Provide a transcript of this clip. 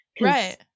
Right